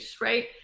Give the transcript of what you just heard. right